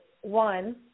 one